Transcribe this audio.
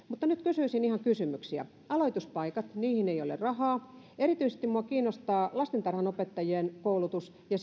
mutta nyt kysyisin ihan kysymyksiä aloituspaikat niihin ei ole rahaa erityisesti minua kiinnostaa lastentarhanopettajien koulutus ja